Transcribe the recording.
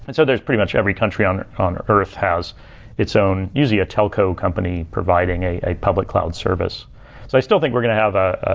and there is pretty much every country on on earth has its own you see a telco company providing a public cloud service i still think we're going to have a